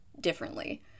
differently